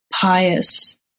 pious